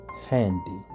Handy